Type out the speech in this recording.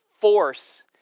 force